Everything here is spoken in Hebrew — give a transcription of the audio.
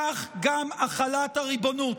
כך גם החלת הריבונות.